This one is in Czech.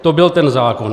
To byl ten zákon.